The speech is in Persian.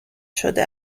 شده